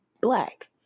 black